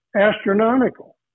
astronomical